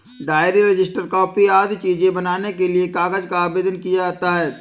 diary, register, copy आदि चीजें बनाने के लिए कागज का आवेदन किया जाता है